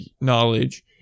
knowledge